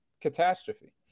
catastrophe